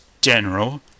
general